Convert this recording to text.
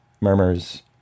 murmurs